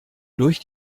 durch